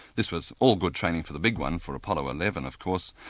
this was all good training for the big one, for apollo eleven, of course,